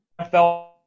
NFL